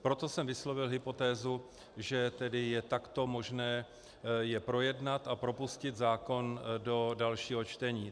Proto jsem vyslovil hypotézu, že tedy je takto možné je projednat a propustit zákon do dalšího čtení.